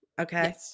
Okay